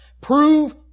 Prove